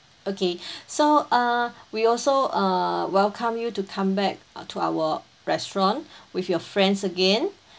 okay so uh we also uh welcome you to come back to our restaurant with your friends again